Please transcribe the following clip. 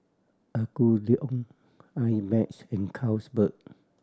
Apgujeong I Max and Carlsberg